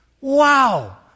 wow